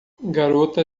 garota